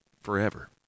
forever